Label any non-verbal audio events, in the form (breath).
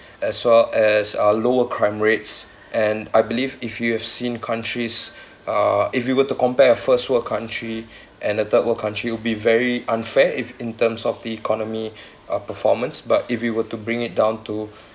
as well as uh lower crime rates and I believe if you've seen countries uh if we were to compare a first world country and the third world country would be very unfair if in terms of the economy (breath) uh performance but if you were to bring it down to